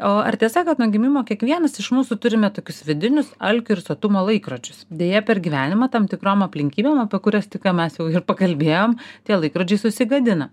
o ar tiesa kad nuo gimimo kiekvienas iš mūsų turime tokius vidinius alkio ir sotumo laikrodžius deja per gyvenimą tam tikrom aplinkybėm apie kurias tik ką mes jau ir pakalbėjom tie laikrodžiai susigadina